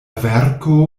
verko